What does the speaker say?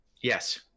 Yes